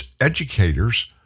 educators